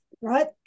Right